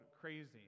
crazy